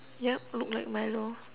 yup look like Milo